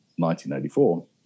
1984